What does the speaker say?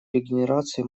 регенерации